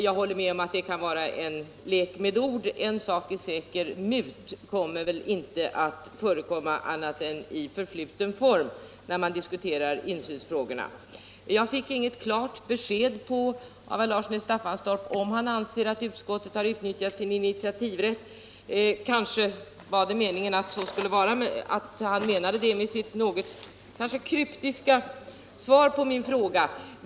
Jag håller med om att det kan vara en lek med ord, men en sak är säker: MUT kommer inte att nämnas annat än i förfluten tidsform när man diskuterar insynsfrågorna. Jag fick inget klart besked av herr Larsson i Staffanstorp om huruvida han anser att utskottet har utnyttjat sin initiativrätt. Kanske menade han det med sitt något kryptiska svar på min fråga.